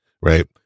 Right